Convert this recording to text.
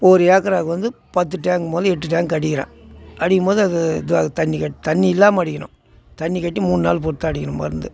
ஒரு ஏக்கருக்கு வந்து பத்து டேங்க்குங்கும்போது எட்டு டேங்க்கு அடிக்கிறேன் அடிக்கும் போது அது தண்ணி கெட்டி தண்ணி இல்லாமல் அடிக்கணும் தண்ணி கட்டி மூணு நாள் பொறுத்து அடிக்கணும் மருந்து